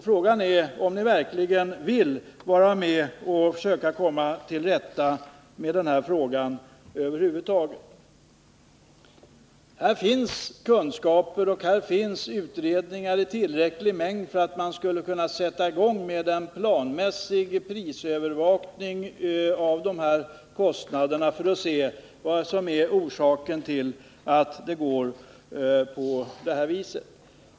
Frågan är om ni verkligen vill vara med om att försöka komma till rätta med detta problem över huvud taget. Här finns kunskaper och utredningar i tillräcklig mängd för att man skulle kunna sätta i gång en planmässig prisövervakning av dessa kostnader för att se vad som är orsaken till att det går på detta sätt.